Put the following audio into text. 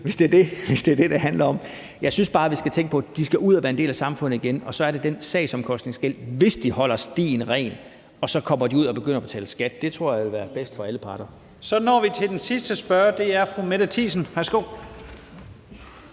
hvis det er det, det handler om. Jeg synes bare, vi skal tænke på, at de skal ud at være en del af samfundet igen, og så er der det med den sagsomkostningsgæld, hvis de holder stien ren, og så kommer de ud og begynder at betale skat. Det tror jeg vil være bedst for alle parter. Kl. 16:39 Første næstformand (Leif Lahn Jensen):